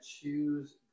choose